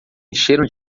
encheram